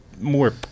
more